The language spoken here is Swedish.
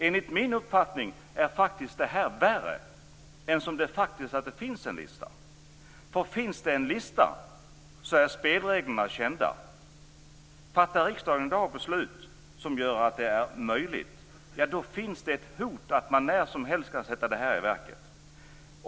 Enligt min uppfattning är detta värre än att det faktiskt finns en lista, för finns det en lista, så är spelreglerna kända. Fattar riksdagen i dag beslut som gör att det blir möjligt, finns det ett hot att man när som helst skall sätta listan i verket.